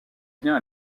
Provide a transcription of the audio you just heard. bien